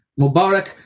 Mubarak